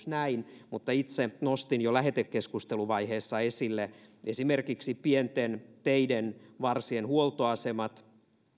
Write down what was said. näin mutta itse nostin jo lähetekeskusteluvaiheessa esille esimerkiksi pienten teiden varsien huoltoasemat